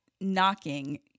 knocking